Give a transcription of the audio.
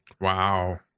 Wow